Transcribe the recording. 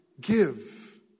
Give